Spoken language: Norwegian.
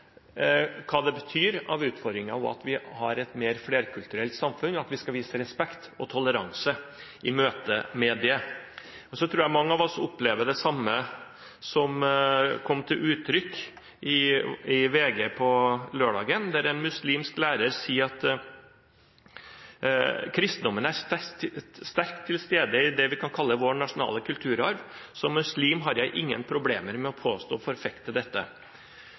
at vi skal vise respekt og toleranse i møte med det. Jeg tror mange av oss opplever det samme som kom til uttrykk i VG på lørdag. En muslimsk lærer sa da: «Kristendommen er sterkt til stede i det vi kan kalle vår nasjonale kulturarv. Som muslim har jeg ingen problemer med å påstå og forfekte dette.»